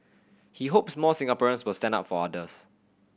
he hopes more Singaporeans will stand up for others